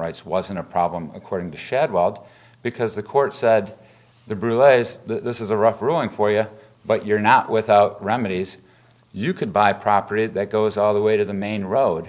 rights wasn't a problem according to shed wild because the court said the brew is this is a rough ruling for you but you're not without remedies you could buy property that goes all the way to the main road